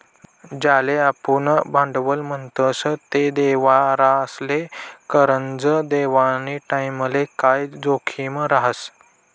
ज्याले आपुन भांडवल म्हणतस ते देनारासले करजं देवानी टाईमले काय जोखीम रहास